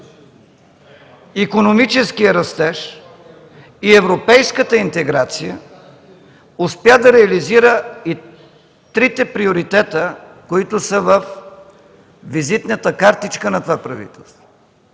икономически растеж и европейската интеграция, успя да реализира и трите приоритета, които са във визитната картичка на това правителство.